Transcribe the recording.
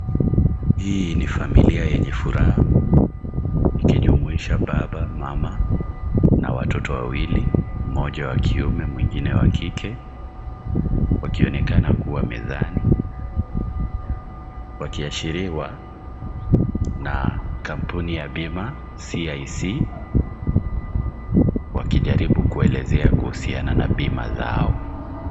Hii ni familia yenye furaha. Ikijumuhisha baba, mama, na watoto wawili; mmoja wa kiume, mwingine wa kike. Wakionekana kuwa mezani. Wakiashiriwa na kampuni ya bima, CIC. Wakijaribu kuelezi ya kuhusiana na bima lao.